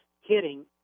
hitting